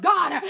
God